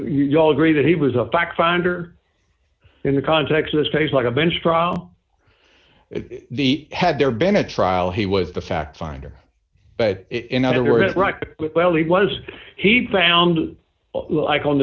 y all agree that he was a fact finder in the context of this case like a bench trial the had there been a trial he was the fact finder but in other words it right well he was he found like on